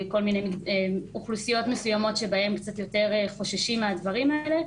כל מיני אוכלוסיות מסוימות שבהן קצת יותר חוששים מהדברים האלה,